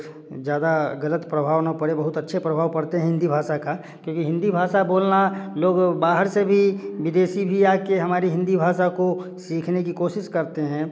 ज़्यादा गलत प्रभाव न पड़े बहुत अच्छे प्रभाव पढ़ते हैं हिंदी भाषा का क्योंकि हिंदी भाषा बोलना लोग बाहर से भी विदेशी आकर हमारी हिंदी भाषा को सीखने की कोशिश करते हैं